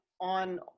on